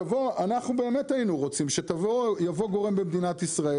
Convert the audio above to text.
אנחנו באמת היינו רוצים שיבוא גורם במדינת ישראל